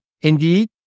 indeed